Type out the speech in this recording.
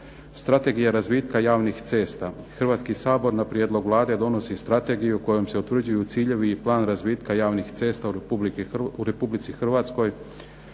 Strategija razvitka javnih cesta. Hrvatski sabor na prijedlog Vlade donosi strategiju kojom se utvrđuju ciljevi i plan razvitka javnih cesta u Republici Hrvatskoj